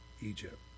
Egypt